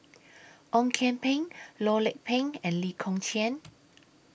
Ong Kian Peng Loh Lik Peng and Lee Kong Chian